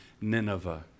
Nineveh